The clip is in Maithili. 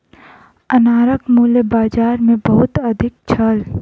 अनारक मूल्य बाजार मे बहुत अधिक छल